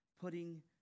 putting